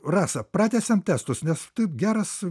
rasa pratęsiam testus nes taip geras